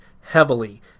heavily